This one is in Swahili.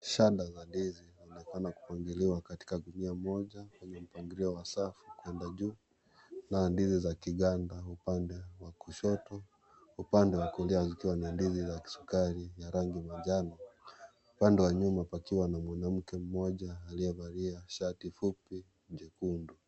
Shanda la ndizi linaonekana kupangiliwa katika gunia moja wenye mpangilio wa safu kuenda juu na ndizi za kiganda upande wa kushoto, upande wa kulia zikiwa na ndizi za kisukari ya rangi manjano, upande wa nyuma pakiwa na mwanamke mmoja aliyevalia shati fupi jekundu.